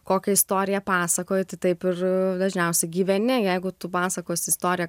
kokią istoriją pasakoji tai taip ir dažniausiai gyveni jeigu tu pasakosi istoriją